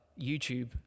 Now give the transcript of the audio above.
YouTube